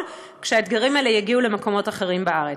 כשהאתגרים האלה יגיעו למקומות אחרים בארץ.